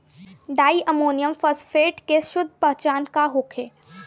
डाई ammonium phosphate के शुद्ध पहचान का होखे?